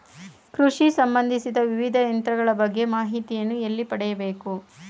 ಕೃಷಿ ಸಂಬಂದಿಸಿದ ವಿವಿಧ ಯಂತ್ರಗಳ ಬಗ್ಗೆ ಮಾಹಿತಿಯನ್ನು ಎಲ್ಲಿ ಪಡೆಯಬೇಕು?